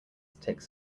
takes